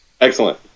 excellent